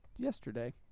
yesterday